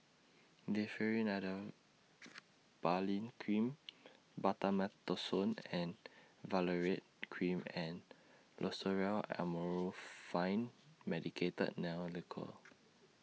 Differin Adapalene Cream Betamethasone Valerate Cream and Loceryl Amorolfine Medicated Nail Lacquer